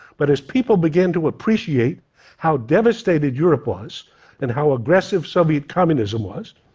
but as people began to appreciate how devastated europe was and how aggressive soviet communism was,